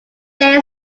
there